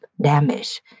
damage